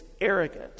arrogant